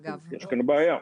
אז יש כאן בעיה.